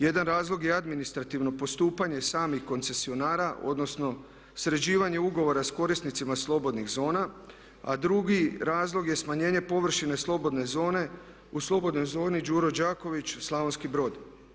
Jedan razlog je administrativno postupanje samih koncesionara odnosno sređivanje ugovora s korisnicima slobodnih zona, a drugi razlog je smanjenje površine slobodne zone u slobodnoj zoni „Đuro Đaković“ Slavonski Brod.